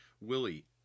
Willie